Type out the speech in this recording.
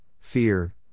fear